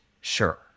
sure